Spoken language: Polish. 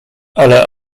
ale